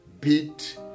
beat